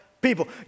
people